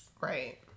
Right